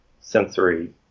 sensory